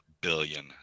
billion